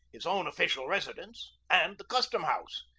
his own official residence, and the custom-house.